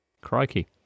Crikey